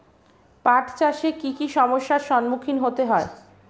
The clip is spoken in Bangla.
পাঠ চাষে কী কী সমস্যার সম্মুখীন হতে হয়?